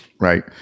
Right